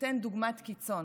אתן דוגמה קיצונית: